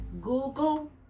Google